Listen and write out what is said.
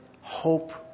hope